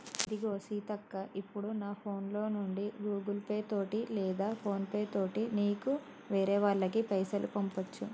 ఇదిగో సీతక్క ఇప్పుడు నా ఫోన్ లో నుండి గూగుల్ పే తోటి లేదా ఫోన్ పే తోటి నీకు వేరే వాళ్ళకి పైసలు పంపొచ్చు